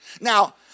Now